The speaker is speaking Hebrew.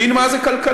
שמבין מה זה כלכלה.